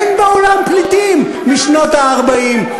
אין בעולם פליטים משנות ה-40,